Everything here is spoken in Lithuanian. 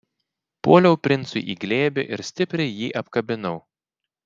puoliau princui į glėbį ir stipriai jį apkabinau